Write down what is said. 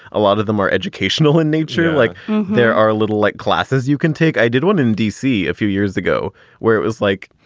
a lot of them are educational in nature. like there are little like classes you can take. i did one in d c. a few years ago where it was like,